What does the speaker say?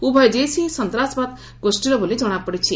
ଉଭୟ ଜେସେ ଇ ସନ୍ତାସବାଦୀ ଗୋଷ୍ଠୀର ବୋଲି ଜଣାପଡିଛି